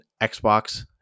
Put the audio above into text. Xbox